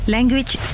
Language